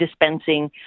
dispensing